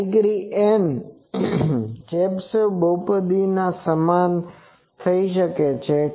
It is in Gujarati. આ ડિગ્રી N ની ચેબિશેવ બહુપદી સમાન થઈ શકે છે